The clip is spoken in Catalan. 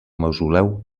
mausoleu